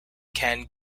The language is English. can